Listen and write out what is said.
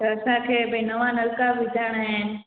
त असांखे भई नवा नलका विझाइणा आहिनि